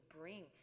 bring